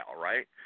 right